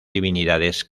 divinidades